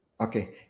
okay